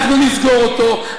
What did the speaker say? אנחנו נסגור אותו,